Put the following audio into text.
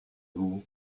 vous